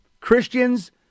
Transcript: Christians